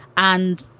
and,